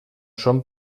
són